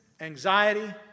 anxiety